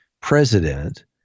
president